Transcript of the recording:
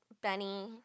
Benny